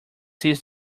seized